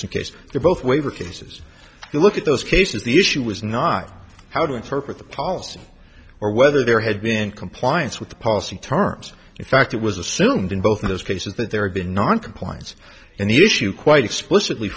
pearson case they're both waiver cases and look at those cases the issue was not how to interpret the policy or whether there had been compliance with the policy terms of fact it was assumed in both of those cases that there had been noncompliance and the issue quite explicitly